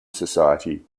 society